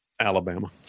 Alabama